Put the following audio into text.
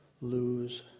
lose